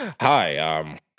Hi